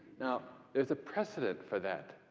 now, there's a precedent for that.